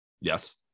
yes